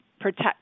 protect